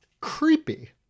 creepy